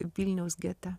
vilniaus gete